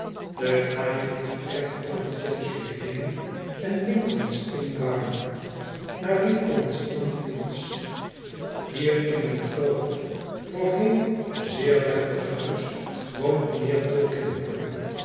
de kraai vliegt recht over chancery lane en lincoln s inn garden naar lincol's inn fields hier in een groot voorheen zeer deftig huis woont mijnheer